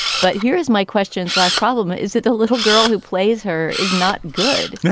but here is my question. slash problem is that the little girl who plays her is not good yeah